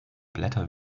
blätter